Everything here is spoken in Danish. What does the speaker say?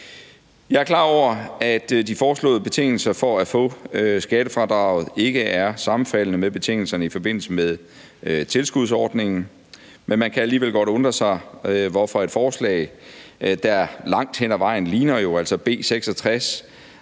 Jeg er klar over, at de foreslåede betingelser for at få skattefradraget ikke er sammenfaldende med betingelserne i forbindelse med tilskudsordningen, men man kan alligevel godt undre sig over, hvorfor et forslag, der jo altså langt hen ad vejen ligner B 66,